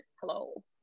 hello